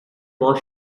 was